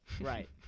Right